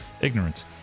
ignorance